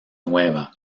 nueva